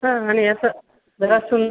हां आणि असं जरा सुं